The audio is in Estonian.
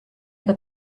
aga